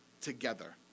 together